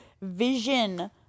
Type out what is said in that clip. vision